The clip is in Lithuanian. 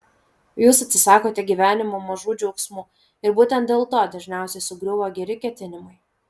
jūs atsisakote gyvenime mažų džiaugsmų ir būtent dėl to dažniausiai sugriūva geri ketinimai